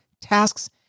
tasks